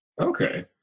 Okay